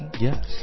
yes